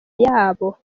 yabo